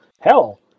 Hell